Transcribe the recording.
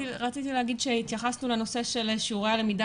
רציתי להגיד שהתייחסנו לנושא של שיעורי הלמידה